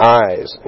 eyes